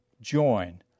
join